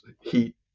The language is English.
heat